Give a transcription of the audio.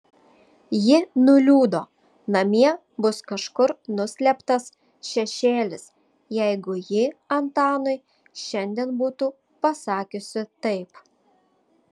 ji nuliūdo namie bus kažkur nuslėptas šešėlis jeigu ji antanui šiandien būtų pasakiusi taip